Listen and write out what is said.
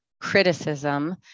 criticism